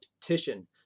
petition